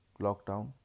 lockdown